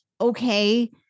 okay